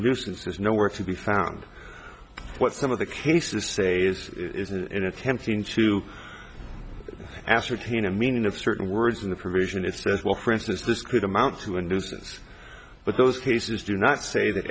nuisance is nowhere to be found what some of the cases say is in attempting to ascertain a meaning of certain words in the provision it says well for instance this could amount to a nuisance but those cases do not say that